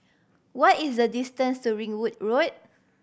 what is the distance to Ringwood Road